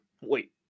Wait